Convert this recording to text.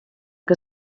que